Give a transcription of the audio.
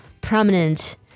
prominent